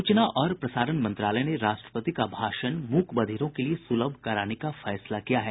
सूचना और प्रसारण मंत्रालय ने राष्ट्रपति का भाषण मूक बधिरों के लिए सुलभ कराने का फैसला किया है